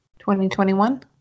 2021